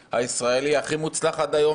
היהודי-הישראלי הכי מוצלח עד היום,